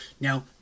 Now